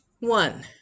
One